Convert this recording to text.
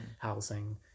housing